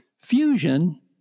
Fusion